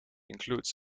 includes